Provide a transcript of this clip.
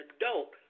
adult